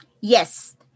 Yes